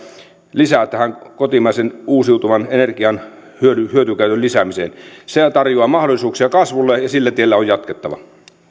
lisä tähän kotimaisen uusiutuvan energian hyötykäytön lisäämiseen se tarjoaa mahdollisuuksia kasvulle ja sillä tiellä on jatkettava